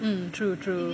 mm true true